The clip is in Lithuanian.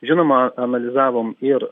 žinoma analizavom ir